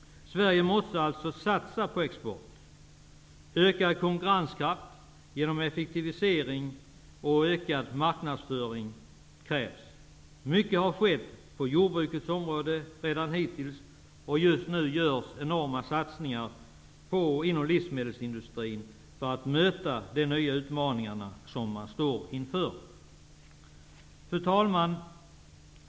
Sverige måste alltså satsa på export. Ökad konkurrenskraft genom effektivisering och ökad marknadsföring krävs. Mycket har redan skett på jordbrukets område, och just nu görs enorma satsningar inom livsmedelsindustrin för att man skall kunna möta de nya utmaningar som man står inför. Fru talman!